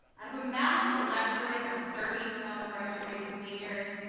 out of a massive electorate of thirty some graduating seniors,